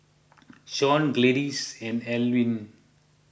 Shauna Gladyce and Alwin